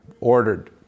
ordered